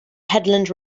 headland